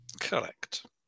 Correct